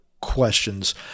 questions